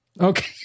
Okay